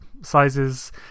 sizes